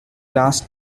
last